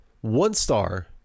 one-star